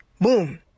boom